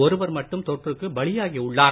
ஒருவர் மட்டும் தொற்றுக்கு பலியாகி உள்ளார்